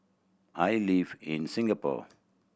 I live in Singapore